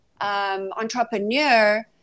entrepreneur